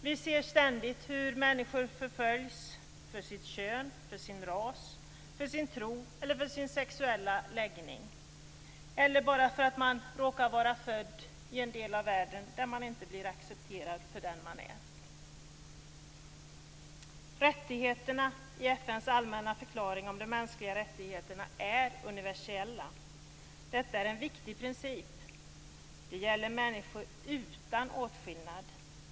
Vi ser ständigt hur människor förföljs för sitt kön, för sin ras, för sin tro eller för sin sexuella läggning eller bara för att de råkar vara födda i en del av världen där de inte blir accepterade som de är. Rättigheterna i FN:s allmänna förklaring om de mänskliga rättigheterna är universella. Det är en viktig princip. Det gäller människor utan åtskillnad.